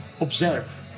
observe